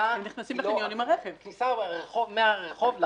הכניסה היא מהרחוב.